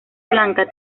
blanca